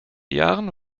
jahren